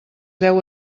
deu